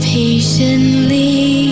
patiently